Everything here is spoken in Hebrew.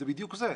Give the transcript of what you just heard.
זה בדיוק זה.